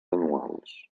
anuals